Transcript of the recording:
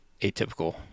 atypical